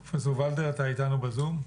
פרופ' וייזר, אתה איתנו בזום?